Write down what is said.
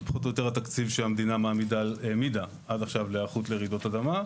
זה פחות או יותר התקציב שהמדינה העמידה עד עכשיו להיערכות לרעידות אדמה,